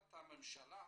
בהחלטת הממשלה